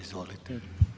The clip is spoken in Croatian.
Izvolite.